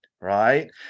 right